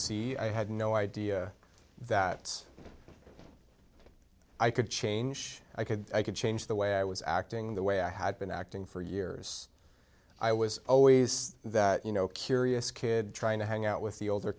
see i had no idea that i could change i could i could change the way i was acting the way i had been acting for years i was always that you know curious kid trying to hang out with the older